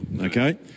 okay